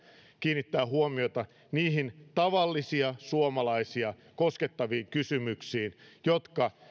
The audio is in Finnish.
kiinnittää huomiota niihin tavallisia suomalaisia koskettaviin kysymyksiin jotka